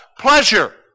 Pleasure